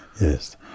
Yes